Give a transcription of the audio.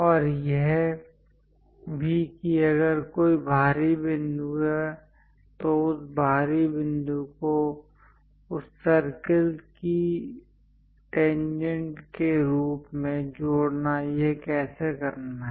और यह भी कि अगर कोई बाहरी बिंदु है तो उस बाहरी बिंदु को उस सर्कल की टेंजेंट के रूप में जोड़ना यह कैसे करना है